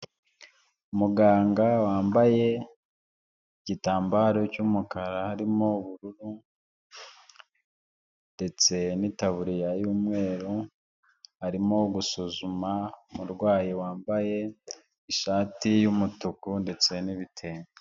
Umuganga wambaye igitambaro cy'umukara harimo ubururu ndetse n'itaburiya y'umweru, arimo gusuzuma umurwayi wambaye ishati y'umutuku ndetse n'ibitenge.